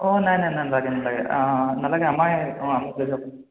অঁ নাই নাই নাই নালাগে নালাগে অঁ অঁ নালাগে আমাৰ অঁ